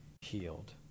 healed